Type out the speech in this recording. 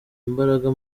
imbaraga